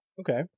Okay